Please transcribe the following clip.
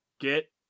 Get